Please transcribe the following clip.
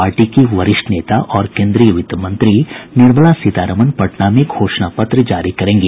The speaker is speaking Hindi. पार्टी की वरिष्ठ नेता और केन्द्रीय वित्त मंत्री निर्मला सीतारमन पटना में घोषणा पत्र जारी करेंगी